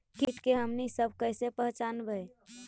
किट के हमनी सब कईसे पहचनबई?